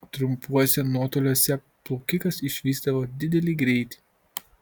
trumpuose nuotoliuose plaukikas išvystydavo didelį greitį